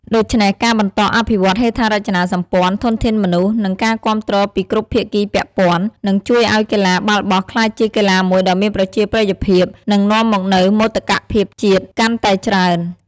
ដូច្នេះការបន្តអភិវឌ្ឍហេដ្ឋារចនាសម្ព័ន្ធ ធនធានមនុស្ស និងការគាំទ្រពីគ្រប់ភាគីពាក់ព័ន្ធ នឹងជួយឱ្យកីឡាបាល់បោះក្លាយជាកីឡាមួយដ៏មានប្រជាប្រិយភាព និងនាំមកនូវមោទកភាពជាតិកាន់តែច្រើន។